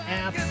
app